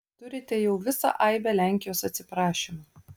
turite jau visą aibę lenkijos atsiprašymų